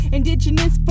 Indigenous